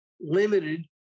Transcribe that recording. limited